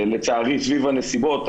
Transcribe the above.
לצערי סביב הנסיבות,